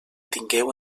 tingueu